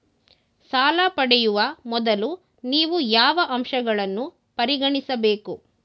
ಸಾಲ ಪಡೆಯುವ ಮೊದಲು ನೀವು ಯಾವ ಅಂಶಗಳನ್ನು ಪರಿಗಣಿಸಬೇಕು?